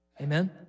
Amen